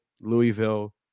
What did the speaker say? Louisville